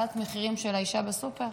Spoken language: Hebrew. על העלאת מחירים של האישה בסופר?